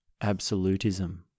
absolutism